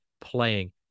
playing